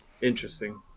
interesting